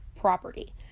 property